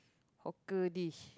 hawker dish